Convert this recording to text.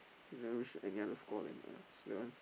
you never reach any other score then uh that one